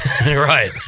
Right